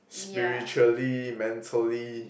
spiritually mentally